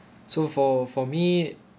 so for for me